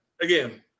Again